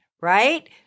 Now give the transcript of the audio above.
right